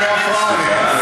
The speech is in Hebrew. חברת הכנסת זנדברג,